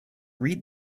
read